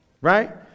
Right